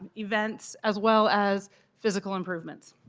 events as well as physical improvements.